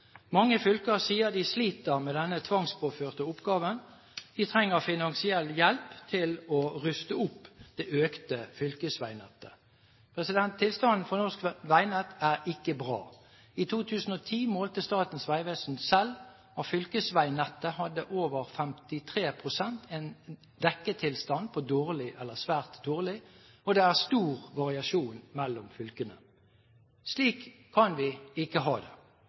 Mange fylker sier de sliter med denne tvangspåførte oppgaven. De trenger finansiell hjelp til å ruste opp det økte fylkesveinettet. Tilstanden for norsk veinett er ikke bra. I 2010 målte Statens vegvesen selv at 53 pst. av fylkesveinettet hadde en dekktilstand på dårlig eller svært dårlig. Det var store variasjoner mellom fylkene. Slik kan vi ikke ha det.